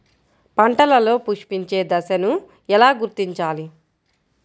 పంటలలో పుష్పించే దశను ఎలా గుర్తించాలి?